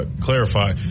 clarify